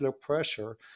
pressure